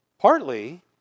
partly